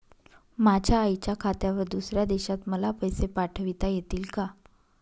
माझ्या आईच्या खात्यावर दुसऱ्या देशात मला पैसे पाठविता येतील का?